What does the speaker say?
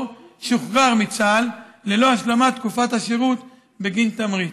ושוחרר מצה"ל ללא השלמת תקופת השירות בגין תמריץ.